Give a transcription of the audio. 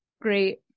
great